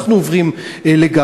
אנחנו עוברים לגז,